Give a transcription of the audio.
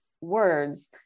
words